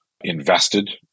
invested